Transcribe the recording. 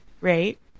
Right